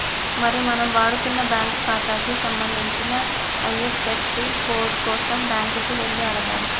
మరి మనం వాడుతున్న బ్యాంకు ఖాతాకి సంబంధించిన ఐ.ఎఫ్.యస్.సి కోడ్ కోసం బ్యాంకు కి వెళ్లి అడగాలి